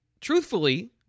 truthfully